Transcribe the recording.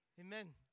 Amen